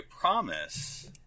promise